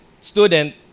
student